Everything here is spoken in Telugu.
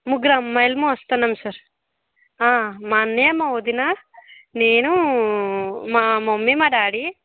ముగ్గురు అమ్మాయిలు వస్తున్నాం సార్ మా అన్నయ్య మా వదినా నేను మా మమ్మీ మా డాడీ